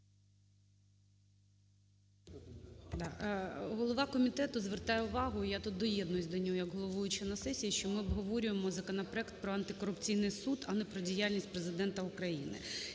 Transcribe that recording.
Голова комітету звертає увагу, я тут доєднуюсь до нього як головуюча на сесії, що ми обговорюємо законопроект про антикорупційний суд, а не про діяльність Президента України.